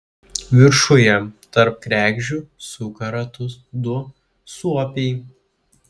viršuje tarp kregždžių suka ratus du suopiai